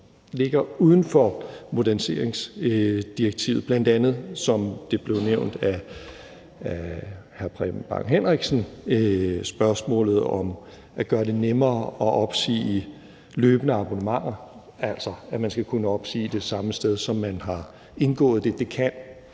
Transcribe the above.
ligger uden for moderniseringsdirektivet, bl.a. som det blev nævnt af hr. Preben Bang Henriksen, spørgsmålet om at gøre det nemmere at opsige løbende abonnementer, altså at man skal kunne opsige det samme sted, som man har indgået det. Det kan